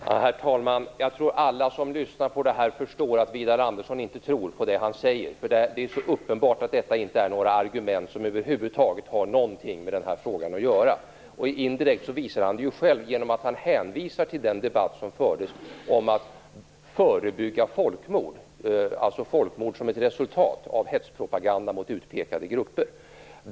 Herr talman! Alla som lyssnar på den här debatten förstår nog att Widar Andersson inte tror på det han säger. Det är ju så uppenbart att dessa argument inte har någonting över huvud taget med den här frågan att göra. Indirekt visar han det själv, genom att han hänvisar till den debatt som fördes om att förebygga folkmord, dvs. folkmord som ett resultat av hetspropaganda mot utpekade grupper.